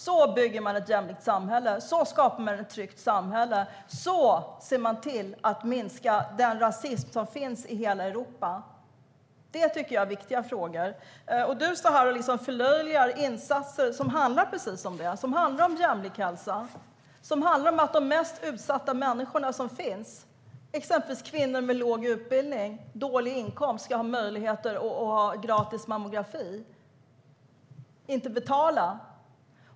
Så bygger man ett jämlikt samhälle. Så skapar man ett tryggt samhälle. Så ser man till att minska den rasism som finns i hela Europa. Det är viktiga frågor. Du står här och förlöjligar insatser som handlar precis om det. Det handlar om jämlik hälsa och att de mest utsatta människorna som finns, exempelvis kvinnor med låg utbildning och dålig inkomst, ska ha möjligheter att ha gratis mammografi och inte betala.